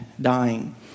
dying